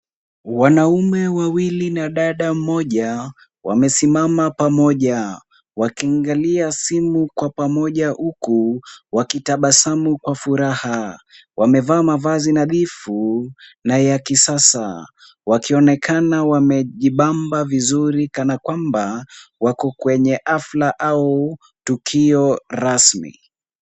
Wanaume wawili na dada mmoja wamesimama pamoja wakiangalia simu kwa pamoja huku wakitabasamu kwa furaha. Wamevaa mavazi nadhifu na ya kisasa wakionekana wamejibamba vizuri kana kwamba wako kwenye hafla au tukio rasmi.